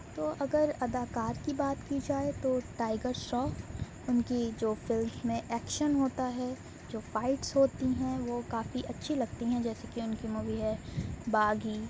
تو اگر اداکار کی بات کی جائے تو ٹائگر شراف ان کی جو فلم میں ایکشن ہوتا ہے جو فائٹس ہوتی ہیں وہ کافی اچھی لگتی ہیں جیسے کہ ان کی مووی ہے باغی